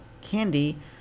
Candy